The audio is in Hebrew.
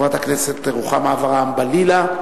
חברת הכנסת רוחמה אברהם-בלילא.